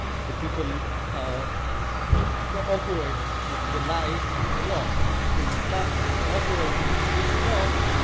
the people are cooperate with the lie of the law. if they stop cooperating with this law,